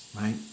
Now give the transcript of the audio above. right